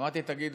אמרו לי: תגיד,